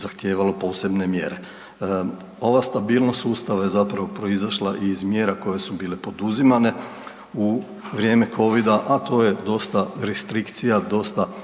zahtijevalo posebne mjere. Ova stabilnost sustava je zapravo proizašla iz mjera koje su bile poduzimane u vrijeme Covida, a to je dosta restrikcija, dosta